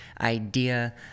idea